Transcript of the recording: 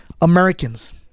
Americans